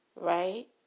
Right